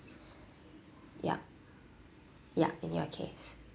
yup yup in your case